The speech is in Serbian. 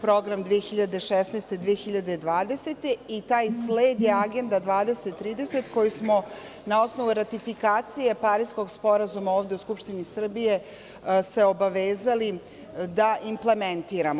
program 2016-2020, i taj sled je Agenda 2030, koju smo na osnovu ratifikacije Pariskog sporazuma ovde u Skupštini Srbije se obavezali da implementiramo.